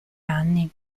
anni